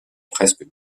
presque